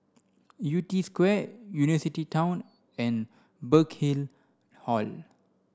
Yew Tee Square University Town and Burkill Hall